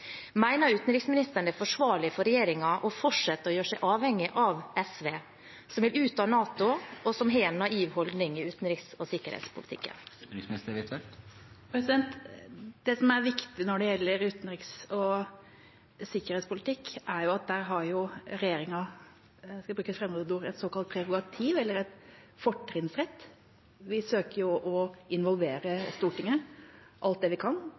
utenriksministeren det er forsvarlig for regjeringen å fortsette å gjøre seg avhengig av SV, som vil ut av NATO, og som har en naiv holdning i utenriks- og sikkerhetspolitikken? Det som er viktig når det gjelder utenriks- og sikkerhetspolitikk, er at der har regjeringen – for å bruke et fremmedord – et såkalt prerogativ, eller en fortrinnsrett. Vi søker å involvere Stortinget alt det vi kan.